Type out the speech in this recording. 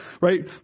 right